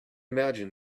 imagine